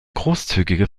großzügige